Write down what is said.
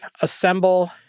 Assemble